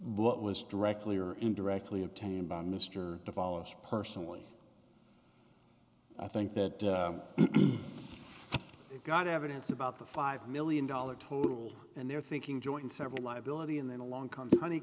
what was directly or indirectly obtained by mr to follow us personally i think that we've got evidence about the five million dollars total and they're thinking joint several liability and then along comes honey